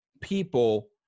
people